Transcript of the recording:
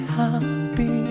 happy